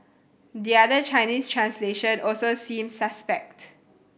the other Chinese translation also seems suspect